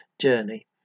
journey